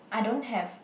I don't have